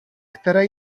které